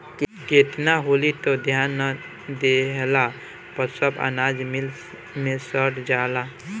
केतना हाली त ध्यान ना देहला पर सब अनाज मिल मे सड़ जाला